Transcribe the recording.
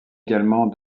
également